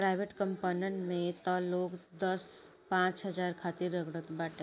private कंपनीन में तअ लोग दस पांच हजार खातिर रगड़त बाटे